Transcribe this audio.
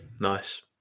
Nice